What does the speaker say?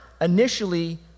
initially